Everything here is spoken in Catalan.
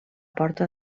porta